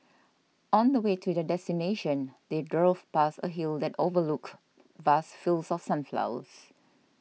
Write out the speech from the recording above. on the way to their destination they grove past a hill that overlooked vast fields of sunflowers